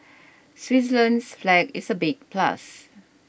Switzerland's flag is a big plus